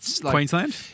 Queensland